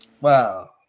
wow